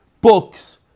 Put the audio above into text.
books